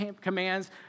commands